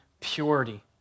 purity